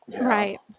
Right